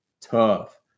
tough